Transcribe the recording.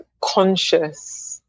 conscious